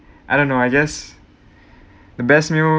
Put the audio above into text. I don't know I guess the best meal